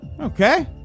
Okay